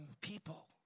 people